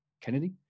Kennedy